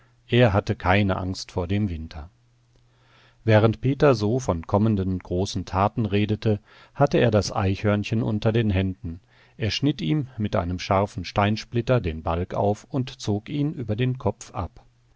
er hatte keine angst vor dem winter während peter so von kommenden großen taten redete hatte er das eichhörnchen unter den händen er schnitt ihm mit einem scharfen steinsplitter den balg auf und zog ihn über den kopf ab